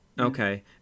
okay